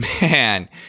Man